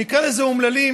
אקרא לזה אומללים,